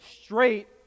straight